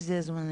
שזה יהיה זמני,